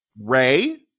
Ray